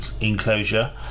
enclosure